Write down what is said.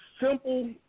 simple